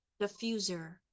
diffuser